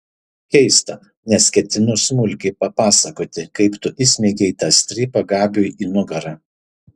keista nes ketinu smulkiai papasakoti kaip tu įsmeigei tą strypą gabiui į nugarą